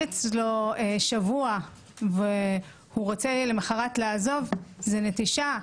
אצלו שבוע והוא רוצה למחרת לעזוב - זו נטישה,